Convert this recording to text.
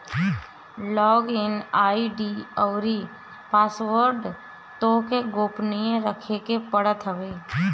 log in ID अउरी password तोहके गोपनीय रखे के पड़त हवे